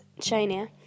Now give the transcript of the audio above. China